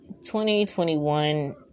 2021